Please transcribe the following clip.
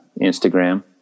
instagram